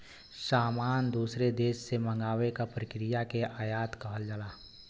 सामान दूसरे देश से मंगावे क प्रक्रिया के आयात कहल जाला